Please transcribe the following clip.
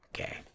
Okay